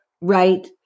right